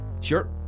Sure